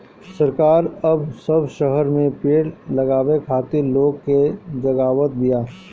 सरकार अब सब शहर में पेड़ लगावे खातिर लोग के जगावत बिया